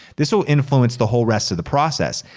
this will influence the whole rest of the process.